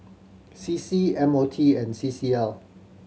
C C M O T and C C L